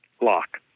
lock